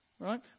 Right